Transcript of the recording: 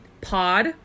pod